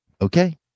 Okay